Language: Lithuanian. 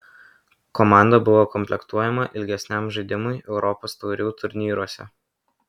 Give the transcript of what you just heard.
komanda buvo komplektuojama ilgesniam žaidimui europos taurių turnyruose